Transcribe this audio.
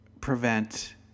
prevent